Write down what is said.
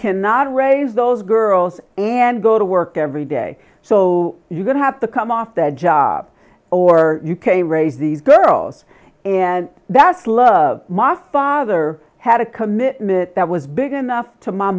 cannot raise those girls and go to work every day so you're going to have to come off that job or u k raise these girls and that's love my father had a commitment that was big enough to my